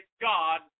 God